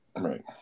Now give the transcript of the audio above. Right